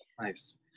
Nice